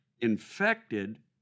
infected